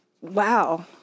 wow